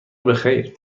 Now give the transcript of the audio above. بخیر